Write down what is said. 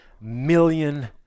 million